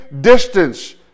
distance